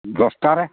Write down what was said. ᱫᱚᱥ ᱴᱟ ᱨᱮ